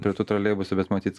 prie tų troleibusų bet matyt